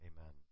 Amen